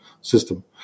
system